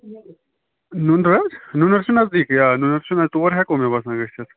نُنٛرٕ حظ نُنر چھُ نزدیٖکے آ نُنر چھُ نہَ تور ہیٚکو مےٚ باسان گٔژھِتھ